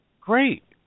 great